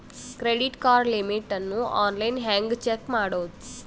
Credit card limit ಅನ್ನು online ಹೆಂಗ್ check ಮಾಡೋದು?